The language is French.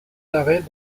arrêts